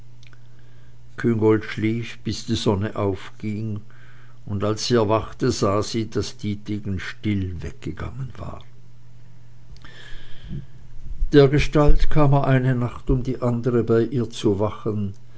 küngolt schlief bis die sonne aufging und als sie erwachte sah sie daß dietegen still weggegangen war dergestalt kam er eine nacht um die andere bei ihr zu wachen